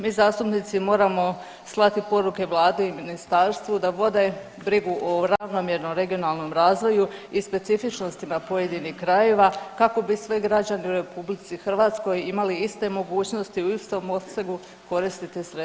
Mi zastupnici moramo slati poruke Vladi i Ministarstvu da vode brigu o ravnomjernom regionalnom razvoju i specifičnostima pojedinih krajeva kako bi svi građani u RH imali iste mogućnosti u istom opsegu koristiti sredstva iz proračuna.